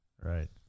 Right